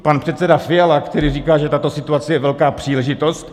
Pan předseda Fiala, který říká, že tato situace je velká příležitost.